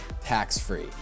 tax-free